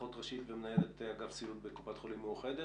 אחות ראשית ומנהלת אגף סיעוד בקופת חולים מאוחדת.